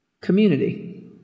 Community